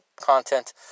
content